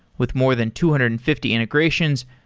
with more than two hundred and fifty integrations,